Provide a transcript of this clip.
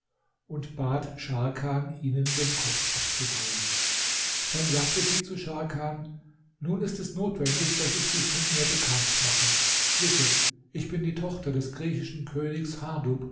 und bat scharkan ihnen den kopf abzuhauen dann sagte sie zu scharkan nun ist es notwendig daß ich dich mit mir bekannt mache wisse ich bin die tochter des griechischen könige hardub